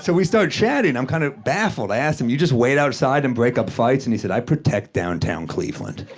so we start chatting. i'm kind of baffled. i ask him, you just wait outside and break up fights? and he said, i protect downtown cleveland.